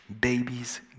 babies